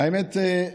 האמת,